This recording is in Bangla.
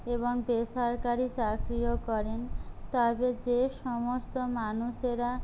এবং বেসরকারি চাকরিও করেন তবে যে সমস্ত মানুষেরা